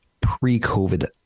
pre-COVID